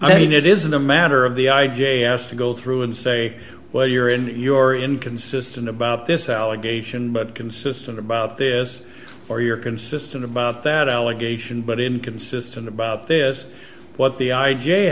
i mean it isn't a matter of the i j a asked to go through and say well you're in your inconsistent about this allegation but consistent about this or you're consistent about that allegation but inconsistent about this what the i